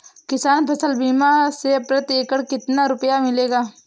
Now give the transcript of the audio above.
किसान फसल बीमा से प्रति एकड़ कितना रुपया मिलेगा?